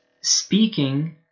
Speaking